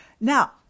Now